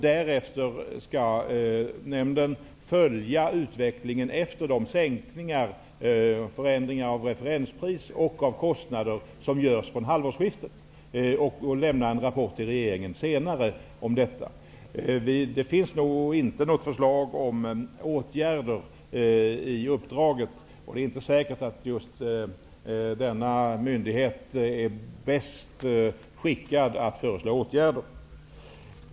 Därefter skall nämnden följa utvecklingen efter de sänkningar och förändringar av referenspriser och av kostnader som görs från halvårsskiftet och lämna en rapport till regeringen om detta. Det finns nog inte något förslag om åtgärder i uppdraget, och det är inte säkert att just denna myndighet är bäst skickad att föreslå åtgärder.